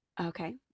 Okay